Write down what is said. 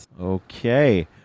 Okay